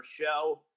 show